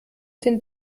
den